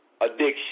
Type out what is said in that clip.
addiction